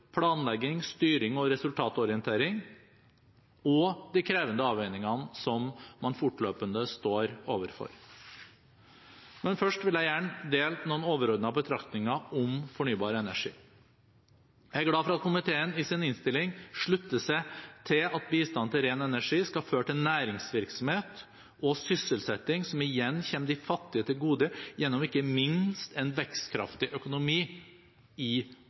planlegging, styring og resultatorientering de krevende avveiningene som man fortløpende står overfor Men først vil jeg gjerne dele noen overordnede betraktninger om fornybar energi: Jeg er glad for at komiteen i sin innstilling slutter seg til at bistand til ren energi skal føre til næringsvirksomhet og sysselsetting, som igjen kommer de fattige til gode gjennom ikke minst en vekstkraftig økonomi i